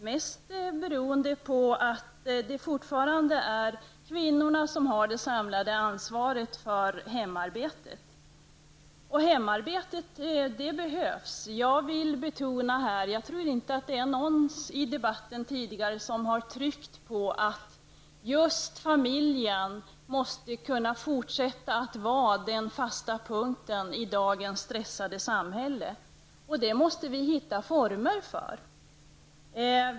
Det beror mest på att det fortfarande är kvinnorna som har det samlade ansvaret för hemarbetet. Hemarbetet behövs. Jag tror inte att någon tidigare i debatten har tryckt på att just familjen måste kunna fortsätta att vara den fasta punkten i dagens stressade samhälle. Det måste vi finna former för.